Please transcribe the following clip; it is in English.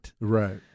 Right